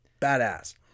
badass